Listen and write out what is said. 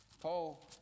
Paul